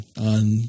on